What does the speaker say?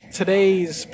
today's